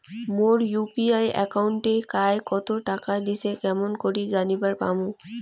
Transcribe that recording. মোর UPI একাউন্টে কায় কতো টাকা দিসে কেমন করে জানিবার পামু?